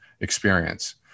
experience